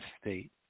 State